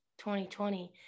2020